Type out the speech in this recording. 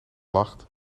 lacht